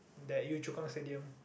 that Yio-Chu-Kang stadium